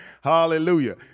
Hallelujah